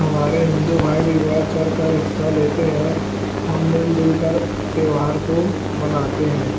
ہمارے ہندو بھائی بھی بڑھ چڑھ کر حصہ لیتے ہیں ہم مل جل کر تیوہار کو مناتے ہیں